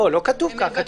לא, לא כתוב כאן.